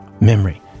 memory